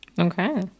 Okay